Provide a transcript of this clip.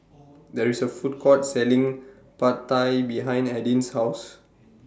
There IS A Food Court Selling Pad Thai behind Adin's House